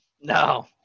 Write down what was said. No